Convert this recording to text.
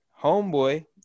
Homeboy